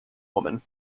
woman